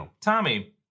Tommy